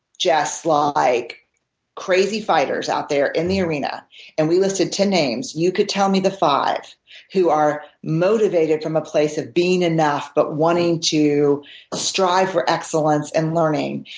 just like crazy fighters out there in the arena and we listed ten names, you could tell me the five who are motivated from a place of being enough but wanting to ah strive for excellence and learning,